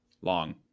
long